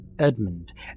Edmund